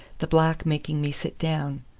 the black making me sit down.